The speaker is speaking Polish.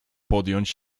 podjąć